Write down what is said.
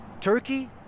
Turkey